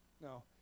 no